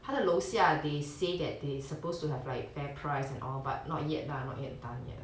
他的楼下 they say that they supposed to have like fairprice and all but not yet lah not yet